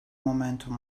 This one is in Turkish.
momentum